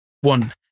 One